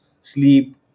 sleep